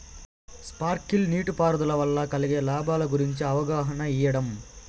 Sprinkle నీటిపారుదల వల్ల కలిగే లాభాల గురించి అవగాహన ఇయ్యడం?